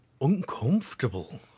uncomfortable